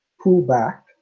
pullback